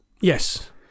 Yes